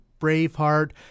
Braveheart